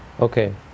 Okay